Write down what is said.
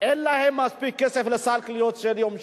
ואין להם מספיק כסף לסל קניות של יום שישי,